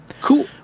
Cool